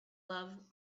love